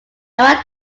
right